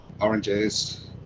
oranges